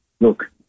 look